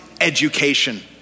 education